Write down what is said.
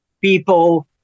people